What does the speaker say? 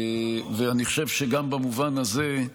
אני חושב שגם במובן הזה,